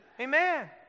Amen